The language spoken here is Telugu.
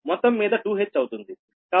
మొత్తం మీద 2h అవుతుంది